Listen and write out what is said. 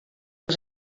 els